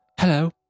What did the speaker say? Hello